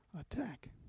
attack